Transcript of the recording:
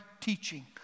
teaching